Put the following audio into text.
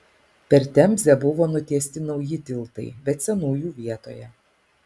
per temzę buvo nutiesti nauji tiltai bet senųjų vietoje